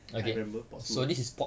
I remember portmore